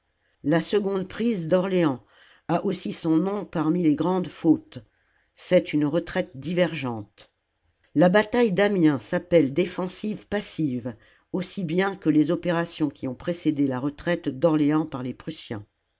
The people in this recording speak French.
la seconde prise d'orléans a aussi son nom parmi les grandes fautes c'est une retraite divergente la bataille d'amiens s'appelle défensive passive aussi bien que les opérations qui ont précédé la retraite d'orléans par les prussiens